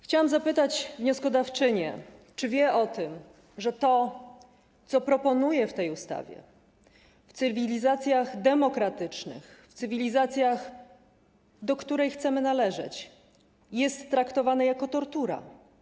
Chciałam zapytać wnioskodawczynię, czy wie o tym, że to, co proponuje w tej ustawie, w cywilizacjach demokratycznych, w cywilizacji, do której chcemy należeć, jest traktowane jako tortura.